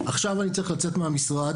עכשיו אני צריך לצאת מהמשרד,